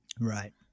right